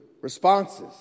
responses